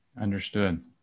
Understood